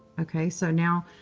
ok. so now,